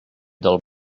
del